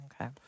Okay